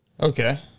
okay